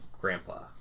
grandpa